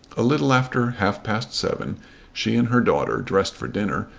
a little after half-past seven she and her daughter, dressed for dinner,